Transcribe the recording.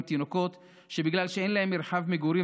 עם תינוקות שבגלל שאין להם מרחב מגורים